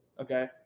okay